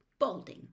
balding